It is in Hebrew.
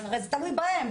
הרי זה תלוי בהם.